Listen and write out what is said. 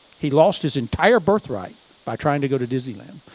he lost his entire birthright by trying to go to disneyland.